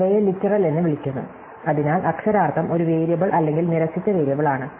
ഇവയെ ലിറ്ററൽ എന്ന് വിളിക്കുന്നു അതിനാൽ അക്ഷരാർത്ഥം ഒരു വേരിയബിൾ അല്ലെങ്കിൽ നിരസിച്ച വേരിയബിൾ ആണ്